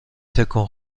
تکون